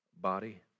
body